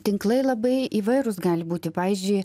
tinklai labai įvairūs gali būti pavyzdžiui